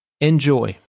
Enjoy